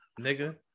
nigga